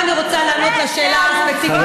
איזה עלובה, אלוהים,